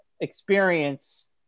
experience